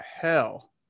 hell